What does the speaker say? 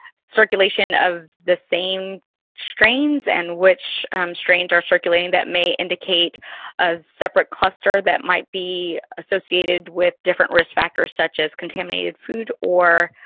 circulation of the same strains, and which strains are circulating that may indicate separate cluster that might be associated with different risk factors such as contaminated food or,